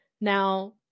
Now